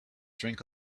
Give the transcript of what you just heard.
drink